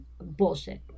bullshit